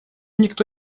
никто